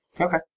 Okay